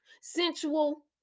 sensual